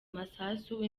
masasu